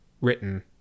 written